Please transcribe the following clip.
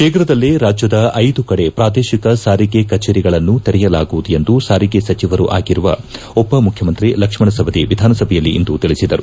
ಶೀಘ್ರದಲ್ಲೇ ರಾಜ್ಯದ ಐದು ಕಡೆ ಪೂದೇಶಿಕ ಸಾರಿಗೆ ಕಚೇರಿಗಳನ್ನು ತೆರೆಯಲಾಗುವುದು ಎಂದು ಸಾರಿಗೆ ಸಚಿವರು ಆಗಿರುವ ಉಪ ಮುಖ್ಯಮಂತ್ರಿ ಸಾರಿಗೆ ಸಚಿವ ಲಕ್ಷ್ಮಣ ಸವರಿ ವಿಧಾನಸಭೆಯಲ್ಲಿಂದು ತಿಳಿಸಿದರು